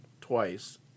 twice